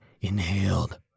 inhaled